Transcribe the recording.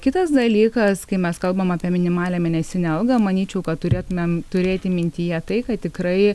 kitas dalykas kai mes kalbam apie minimalią mėnesinę algą manyčiau kad turėtumėm turėti mintyje tai kad tikrai